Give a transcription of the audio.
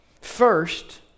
First